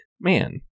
man